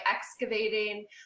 excavating